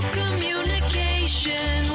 communication